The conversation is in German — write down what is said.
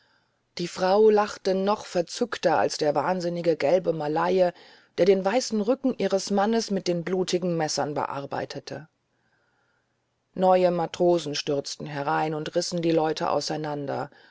die frau lachte noch verzückter als der wahnsinnige gelbe malaye der den weißen rücken ihres mannes mit den blutigen messern bearbeitete neue matrosen stürzten herein und rissen die leute auseinander